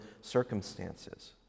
circumstances